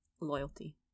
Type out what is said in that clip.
loyalty